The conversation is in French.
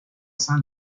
sein